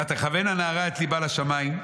ותכוון הנערה את לבה לשמיים,